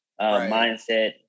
mindset